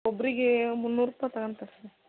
ಒಬ್ಬರಿಗೆ ಮುನ್ನೂರು ರೂಪಾಯಿ ತಗೊಳ್ತಾರೆ ರೀ